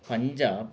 Punjab